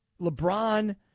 LeBron